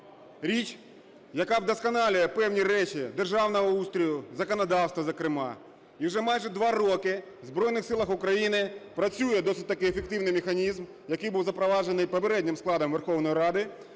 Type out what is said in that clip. річ, яка вдосконалює певні речі державного устрою законодавства, зокрема. І вже майже два роки в Збройних Силах України працює досить такий ефективний механізм, який був запроваджений попереднім складом Верховної Ради